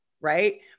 Right